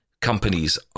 Companies